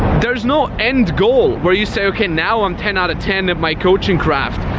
there's no end goal where you say, okay, now i'm ten out of ten of my coaching craft.